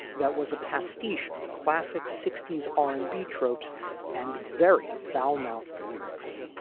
that was a pastiche of classic sixty s r and b tropes and very foul mouth lyrics.